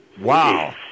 Wow